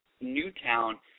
Newtown